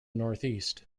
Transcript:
northeast